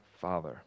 Father